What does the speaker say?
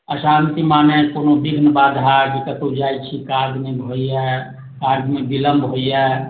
अशान्ति मने कोनो विघ्न बाधा जे कतहुँ जाइत छी काज नहि होइया काजमे विलम्ब होइया